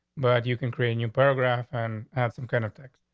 but you can create a new paragraph and have some kind of things.